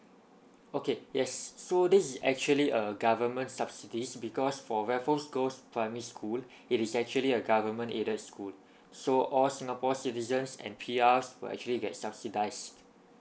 okay yes so this is actually a government subsidies because for raffles girls primary school it is actually a government aided school so all singapore citizens and P_Rs will actually get subsidized